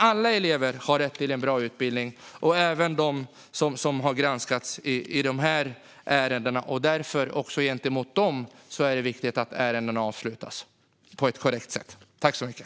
Alla elever har rätt till en bra utbildning, även elever i de skolor som har granskats i dessa ärenden. Också gentemot dem är det viktigt att ärendena avslutas på ett korrekt sätt.